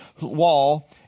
wall